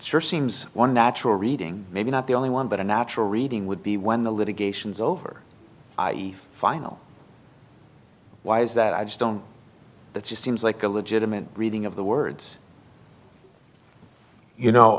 sure seems one natural reading maybe not the only one but a natural reading would be when the litigation is over i e final why is that i just don't that's just seems like a legitimate reading of the words you know